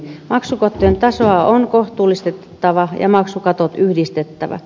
maksukattojen tasoa on kohtuullistettava ja maksukatot yhdistettävä